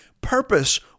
purpose